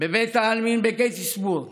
בבית העלמין בגטיסברג